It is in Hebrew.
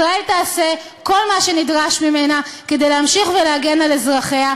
ישראל תעשה כל מה שנדרש ממנה כדי להמשיך ולהגן על אזרחיה.